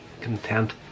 content